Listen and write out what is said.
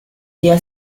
día